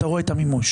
אתה רואה את המימוש.